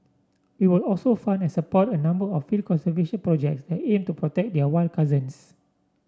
we will also fund and support a number of field conservation projects that aim to protect their wild cousins